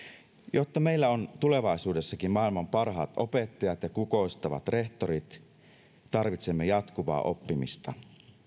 jotta meillä on tulevaisuudessakin maailman parhaat opettajat ja kukoistavat rehtorit tarvitsemme jatkuvaa oppimista